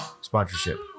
sponsorship